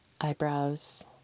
eyebrows